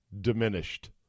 diminished